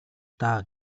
даа